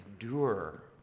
endure